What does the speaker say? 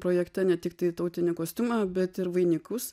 projekte ne tiktai tautinį kostiumą bet ir vainikus